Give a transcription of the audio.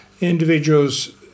individuals